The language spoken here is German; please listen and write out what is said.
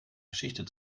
geschichte